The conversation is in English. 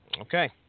Okay